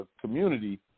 community